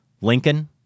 Lincoln